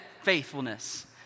faithfulness